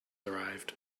arrived